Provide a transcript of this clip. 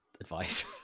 advice